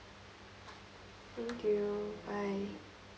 thank you bye